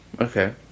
Okay